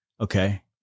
Okay